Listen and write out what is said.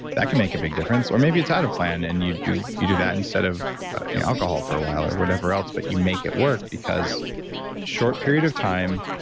that can make a big difference. or maybe it's out of plan, and you do you do that instead of alcohol for a while or whatever else. but you make it work because short period of time,